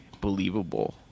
believable